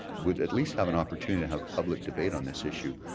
would at least have an opportunity to have public debate on this issue.